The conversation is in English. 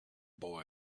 boy